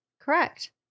Correct